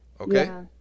Okay